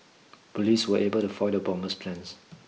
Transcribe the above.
police were able to foil the bomber's plans